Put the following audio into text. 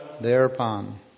thereupon